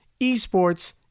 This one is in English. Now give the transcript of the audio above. Esports